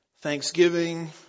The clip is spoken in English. Thanksgiving